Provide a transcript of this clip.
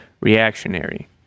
reactionary